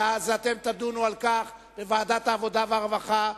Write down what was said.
ואז אתם תדונו על כך בוועדת העבודה והרווחה,